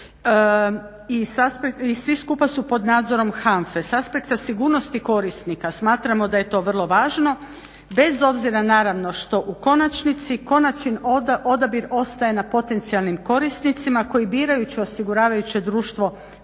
i svi skupa su pod nadzorom HANFA-e. S aspekta sigurnosti korisnika smatramo da je to vrlo važno bez obzira naravno što u konačnici konačni odabir ostaje na potencijalnim korisnicima koji birajući osiguravajuće društvo kome